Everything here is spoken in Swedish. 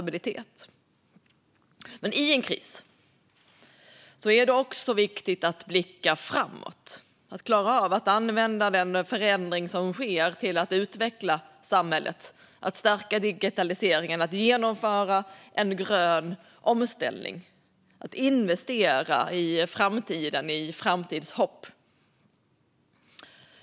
I en kris är det också viktigt att blicka framåt och använda den förändring som sker till att utveckla samhället, att stärka digitaliseringen, att genomföra en grön omställning och att investera i framtiden, i framtidshopp.